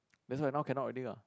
that's why now cannot already ah